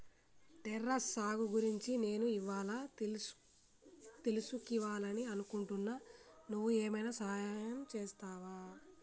terrace సాగు గురించి నేను ఇవ్వాళా తెలుసుకివాలని అనుకుంటున్నా నువ్వు ఏమైనా సహాయం చేస్తావా